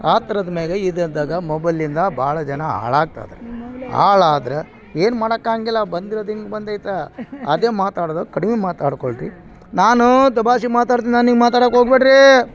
ಆ ಥರದ್ ಮ್ಯಾಗೆ ಇದು ಇದ್ದಾಗ ಮೊಬೈಲಿಂದ ಭಾಳ ಜನ ಹಾಳಾಗ್ತ ಇದಾರೆ ಹಾಳಾದ್ರೆ ಏನು ಮಾಡೋಕಾಂಗಿಲ್ಲ ಬಂದಿರೋದು ಹಿಂಗೆ ಬಂದೈತೆ ಅದೇ ಮಾತಾಡೋದ ಕಡಿಮೆ ಮಾತಾಡ್ಕೊಳ್ರಿ ನಾನು ತಮಾಷೆ ಮಾತಾಡ್ತಿ ನಾನು ಹಿಂಗೆ ಮಾತಾಡೋಕೆ ಹೋಗಬೇಡ್ರಿ